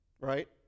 Right